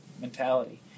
mentality